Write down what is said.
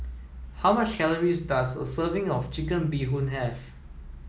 how much calories does a serving of chicken bee hoon have